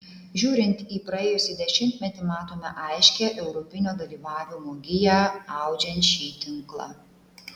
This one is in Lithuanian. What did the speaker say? žiūrint į praėjusį dešimtmetį matome aiškią europinio dalyvavimo giją audžiant šį tinklą